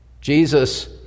Jesus